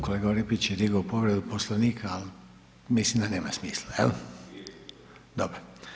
Kolega Orepić je digao povredu Poslovnika ali mislim da nema smisla. ... [[Upadica se ne čuje.]] Dobro.